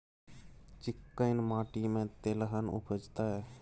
चिक्कैन माटी में तेलहन उपजतै?